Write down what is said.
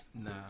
Nah